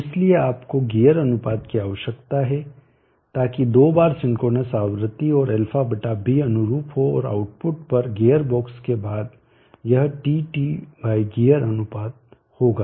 इसलिए आपको गियर अनुपात की आवश्यकता है ताकि दो बार सिंक्रोनस आवृत्ति और αβ अनुरूप हो और आउटपुट पर गियर बॉक्स के बाद यह Tt गियर अनुपात होगा